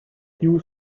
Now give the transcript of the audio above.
few